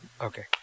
Okay